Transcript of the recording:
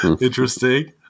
Interesting